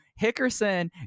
Hickerson